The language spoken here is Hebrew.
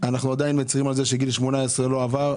אנחנו עדיין מצרים על זה שגיל 18 לא עבר,